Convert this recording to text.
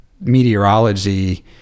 meteorology